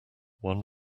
one